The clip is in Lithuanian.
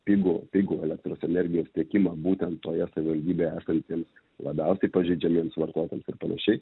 pigų pigų elektros energijos tiekimą būtent toje savivaldybėje esantiems labiausiai pažeidžiamiems vartotojams ir panašiai